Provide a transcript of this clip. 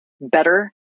better